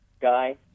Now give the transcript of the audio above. guy